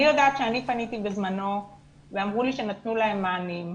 אני יודעת שאני פניתי בזמנו ואמרו לי שנתנו להם מענים,